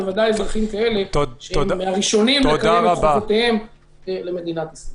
בוודאי אזרחים כאלה שהם הראשונים לקיים את חוקותיהם למדינת ישראל.